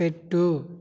పెట్టు